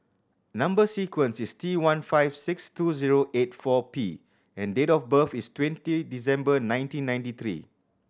number sequence is T one five six two zero eight four P and date of birth is twenty December nineteen ninety three